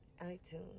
iTunes